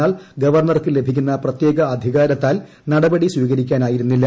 എന്നാൽ ഗവർണർക്ക് ലഭിക്കുന്ന പ്രത്യേക അധികാരത്താൽ നടപടികൾ സ്വീകരിക്കാനായിരുന്നില്ല